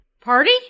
Party